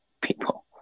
people